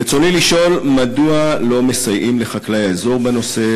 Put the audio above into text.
רצוני לשאול: 1. מדוע לא מסייעים לחקלאי האזור בנושא?